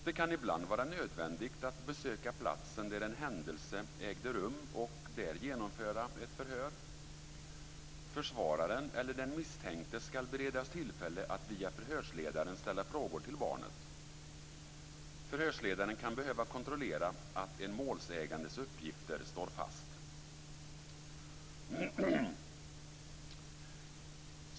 Det kan ibland vara nödvändigt att besöka platsen där en händelse ägde rum och där genomföra ett förhör. - Försvararen eller den misstänkte skall beredas tillfälle att via förhörsledaren ställa frågor till barnet. - Förhörsledaren kan behöva kontrollera att en målsägandes uppgifter står fast."